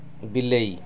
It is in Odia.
ବିଲେଇ